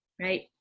right